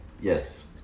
Yes